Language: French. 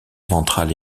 ventrale